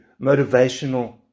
motivational